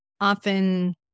often